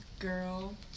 girl